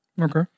Okay